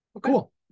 cool